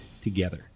together